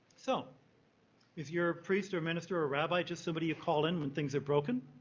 so is your priest, or minister, or rabbi just somebody you call in when things are broken?